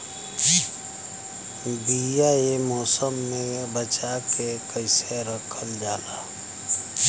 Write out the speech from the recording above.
बीया ए मौसम में बचा के कइसे रखल जा?